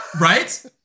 Right